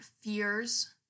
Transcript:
fears